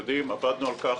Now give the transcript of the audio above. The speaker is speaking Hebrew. עבדנו על כך,